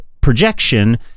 projection